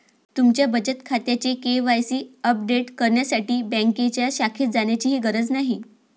तुमच्या बचत खात्याचे के.वाय.सी अपडेट करण्यासाठी बँकेच्या शाखेत जाण्याचीही गरज नाही